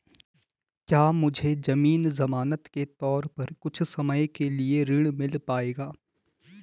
क्या मुझे ज़मीन ज़मानत के तौर पर कुछ समय के लिए ऋण मिल पाएगा?